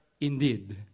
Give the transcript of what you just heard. Indeed